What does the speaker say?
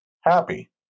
happy